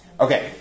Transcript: Okay